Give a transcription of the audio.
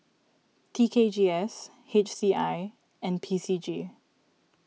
T K G S H C I and P C G